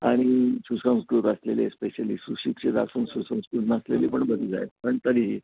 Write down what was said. आणि सुसंस्कृत असलेले स्पेशली सुशिक्षित असून सुसंस्कृत नसलेली पण बरीच आहेत पण तरीही